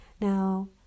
Now